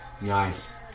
Nice